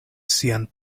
sian